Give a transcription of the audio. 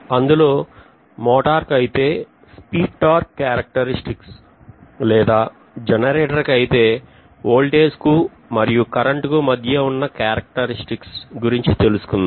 అందులో లో మోటార్ కైతే స్పీడ్ టార్క్ క్యారెక్టర్స్టిక్స్ లేదా జనరేటర్ కైతే వోల్టేజి కు మరియు కరెంటుకు మధ్య ఉన్న క్యారెక్టర్స్టిక్స్ గురించి తెలుసుకుందాం